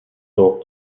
سوق